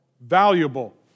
valuable